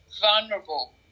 vulnerable